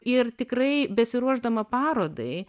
ir tikrai besiruošdama parodai